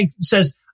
says